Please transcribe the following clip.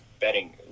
betting